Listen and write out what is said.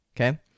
okay